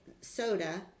soda